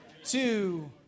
Two